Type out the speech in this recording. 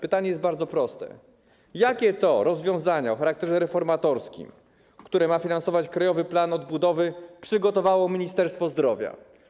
Pytanie jest bardzo proste: Jakie rozwiązania o charakterze reformatorskim, które mają być finansowane w ramach Krajowego Planu Odbudowy, przygotowało Ministerstwo Zdrowia?